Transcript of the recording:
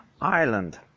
Ireland